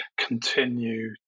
continue